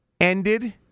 ended